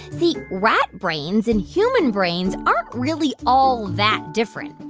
see. rat brains and human brains aren't really all that different.